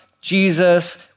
Jesus